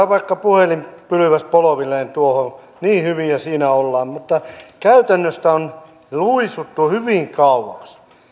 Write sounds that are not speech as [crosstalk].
[unintelligible] vaikka puhelinpylväs polvilleen tuohon niin hyviä siinä ollaan mutta käytännöstä on luisuttu hyvin kauas